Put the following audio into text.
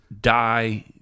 die